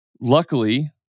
Luckily